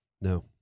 No